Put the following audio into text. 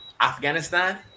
Afghanistan